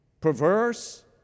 perverse